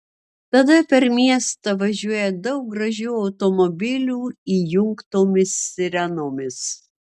tada per miestą važiuoja daug gražių automobilių įjungtomis sirenomis